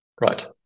Right